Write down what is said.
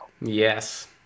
Yes